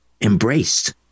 embraced